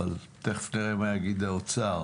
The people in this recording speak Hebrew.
אבל תיכף נראה מה יגיד האוצר,